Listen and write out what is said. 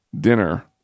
Dinner